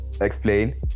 explain